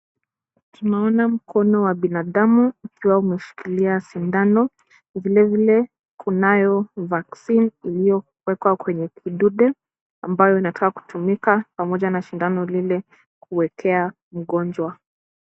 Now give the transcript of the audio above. Tunaona mkono wa binadamu ukiwa umeshikilia sindano vilevile kunayo vaccine iliyowekwa kwenye kidude, ambayo inataka kutumika pamoja na sindano lile kuwekea mgonjwa.